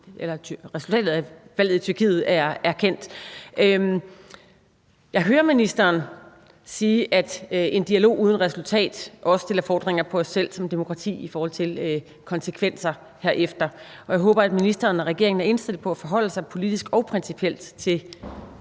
når resultatet af valget i Tyrkiet er kendt. Jeg hører ministeren sige, at en dialog uden resultat også stiller fordringer til os selv som demokrati i forhold til konsekvenser heraf. Og jeg håber, at ministeren og regeringen er indstillet på at forholde sig politisk og principielt til